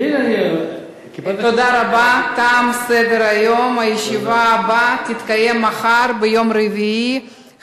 אותנו, מריצים אותנו, מכינים להם תשובות.